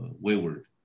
wayward